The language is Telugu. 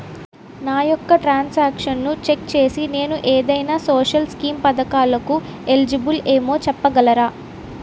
నా యెక్క ట్రాన్స్ ఆక్షన్లను చెక్ చేసి నేను ఏదైనా సోషల్ స్కీం పథకాలు కు ఎలిజిబుల్ ఏమో చెప్పగలరా?